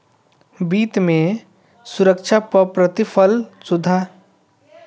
वित्त में सुरक्षा पअ प्रतिफल सुरक्षाधारक खातिर पूर्व प्रत्याशित प्रतिफल के एगो उपाय हवे